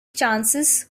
chances